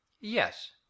Yes